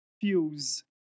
fuse